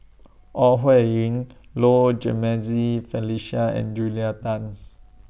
Ore Huiying Low Jimenez Felicia and Julia Tan